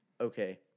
okay